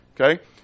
Okay